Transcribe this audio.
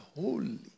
holy